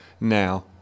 now